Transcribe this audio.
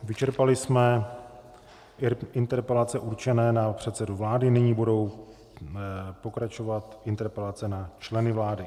Vyčerpali jsme interpelace učené na předsedu vlády, nyní budou pokračovat interpelace na členy vlády.